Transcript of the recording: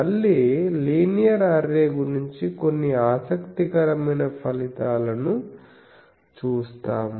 మళ్ళీ linear array గురించి కొన్ని ఆసక్తికరమైన ఫలితాలను చూస్తాము